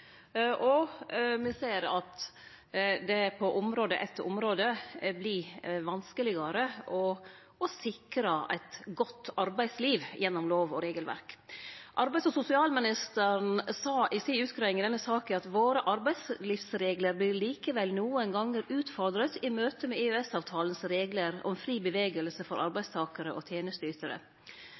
og me ser at det på område etter område vert vanskelegare å sikre eit godt arbeidsliv gjennom lov og regelverk. Arbeids- og sosialministeren sa i si utgreiing i denne saka: «Våre arbeidslivsregler blir likevel noen ganger utfordret i møte med EØS-avtalens regler om fri bevegelse for arbeidstakere og